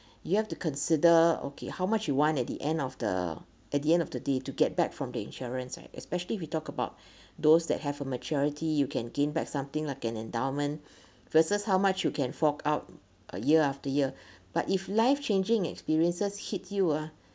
you have to consider okay how much you want at the end of the at the end of the day to get back from the insurance like especially if we talk about those that have a majority you can gain back something like an endowment versus how much you can fork out a year after year but if life changing experiences hit you ah